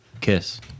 Kiss